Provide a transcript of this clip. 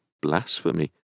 blasphemy